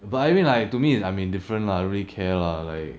but I mean like to me is I'm indifferent lah I don't really care lah like